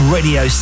Radio